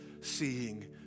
seeing